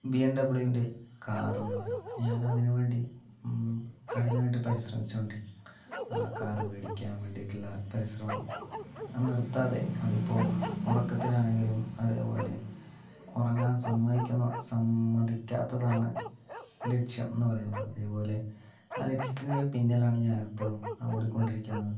ബിഎംഡബ്ല്യൂവിൻ്റെ കാറെന്ന് പറയുന്നത് ഞാനതിന് വേണ്ടി കഠിനമായിട്ട് പരിശ്രമിച്ചോണ്ടിരിക്ക ആ കാറ് മേടിക്കാൻ വേണ്ടിട്ടുള്ള പരിശ്രമം ഞാൻ നിർത്താതെ അതിപ്പോൾ ഉറക്കത്തിലാണെങ്കിലും അതേപോലെ ഉറങ്ങാൻ സമ്മതിക്കുന്ന സമ്മതിക്കാത്തതാണ് ലക്ഷ്യം എന്ന് പറയുന്നത് അതേപോലെ ആ ലക്ഷ്യത്തിൻ്റെ പിന്നിലാണ് ഞാൻ ഇപ്പോഴും ഓടി കൊണ്ടിരിക്കുന്നത്